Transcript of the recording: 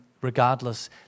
regardless